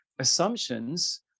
assumptions